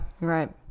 right